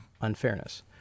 Unfairness